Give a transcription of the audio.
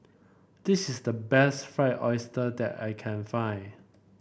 this is the best Fried Oyster that I can find